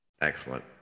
Excellent